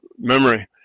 memory